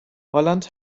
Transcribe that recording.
holland